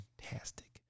fantastic